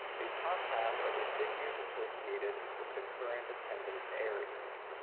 the top half are the figures associated with the current attendance areas.